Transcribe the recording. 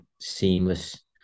seamless